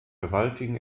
gewaltigen